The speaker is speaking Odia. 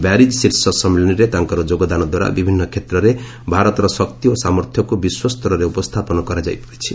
ବ୍ୟାରିଜ୍ ଶୀର୍ଷ ସମ୍ମିଳନୀରେ ତାଙ୍କର ଯୋଗଦାନ ଦ୍ୱାରା ବିଭିନ୍ନ କ୍ଷେତ୍ରରେ ଭାରତର ଶକ୍ତି ଓ ସାମର୍ଥ୍ୟକୁ ବିଶ୍ୱସ୍ତରରେ ଉପସ୍ଥାପନ କରାଯାଇପାରିଛି